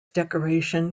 decoration